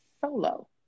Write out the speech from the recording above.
solo